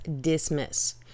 dismiss